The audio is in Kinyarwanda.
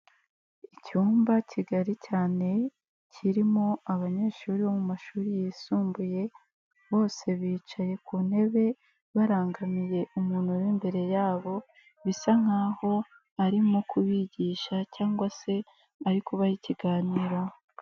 Icyumba kigari cyane kirimo abanyeshuri bo mu mashuri yisumbuye, bose bicaye ku ntebe, barangamiye umuntu uri imbere yabo, bisa nk'aho arimo kubigisha cyangwa se ari kubaha ikiganiro.